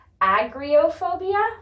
Agriophobia